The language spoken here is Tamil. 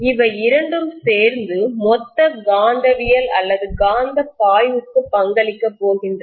இவை இரண்டும் சேர்ந்து மொத்த காந்தவியல் அல்லது காந்தப் பாய்வுக்கு பங்களிக்கப் போகின்றன